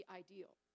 ideal